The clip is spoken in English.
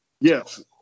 yes